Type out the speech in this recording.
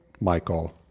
Michael